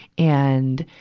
and,